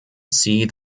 see